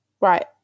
Right